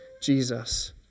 Jesus